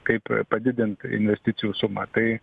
kaip padidint investicijų sumą tai